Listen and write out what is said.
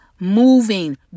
moving